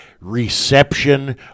reception